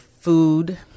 food